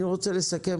אני רוצה לסכם.